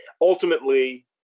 ultimately